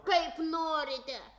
kaip norite